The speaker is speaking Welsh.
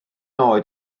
oed